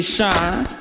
Shine